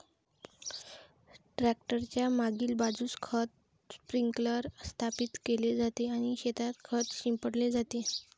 tractor च्या मागील बाजूस खत स्प्रिंकलर स्थापित केले जाते आणि शेतात खत शिंपडले जाते